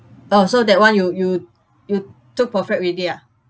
oh so that one you you you took profit already ah